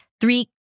three